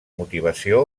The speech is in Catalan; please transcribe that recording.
motivació